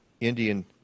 Indian